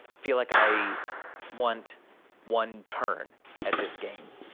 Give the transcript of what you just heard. feel like i want one turn at this game.